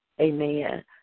Amen